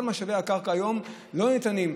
כל משאבי הקרקע היום לא ניתנים.